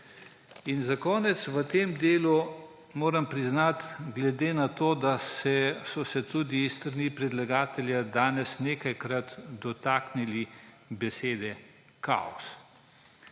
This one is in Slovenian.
In za konec moram v tem delu priznati, glede na to da so se tudi s strani predlagatelja danes nekajkrat dotaknili besede kaos.